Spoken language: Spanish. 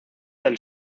del